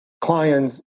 clients